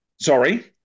Sorry